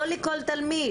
לא לכל תלמיד.